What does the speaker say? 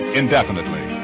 indefinitely